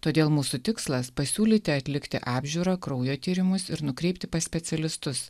todėl mūsų tikslas pasiūlyti atlikti apžiūrą kraujo tyrimus ir nukreipti pas specialistus